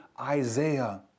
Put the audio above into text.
Isaiah